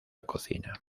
cocina